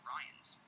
Ryans